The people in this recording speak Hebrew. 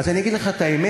אז אני אגיד לך את האמת?